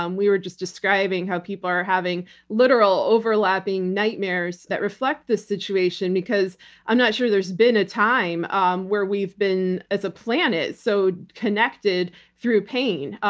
um we were just describing how people are having literal overlapping nightmares that reflect the situation because i'm not sure there's been a time um where we've been, as a planet, so connected through pain,